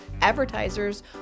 advertisers